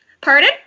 Pardon